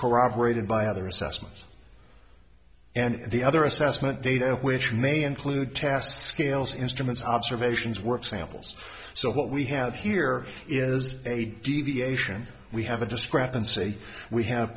corroborated by other assessments and the other assessment data which may include task ales instruments observations work samples so what we have here is a deviation we have a discrepancy we have